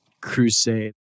crusade